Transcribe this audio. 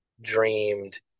dreamed